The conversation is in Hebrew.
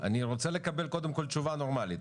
אני רוצה לקבל קודם כל תשובה נורמלית,